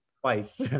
twice